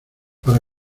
para